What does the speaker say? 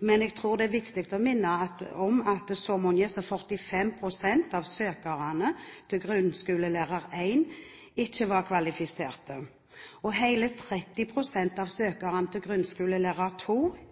men jeg tror det er viktig å minne om at så mange som 45 pst. av søkerne til grunnskolelærer 1-utdanningen ikke var kvalifiserte, og at hele 30 pst. av søkerne til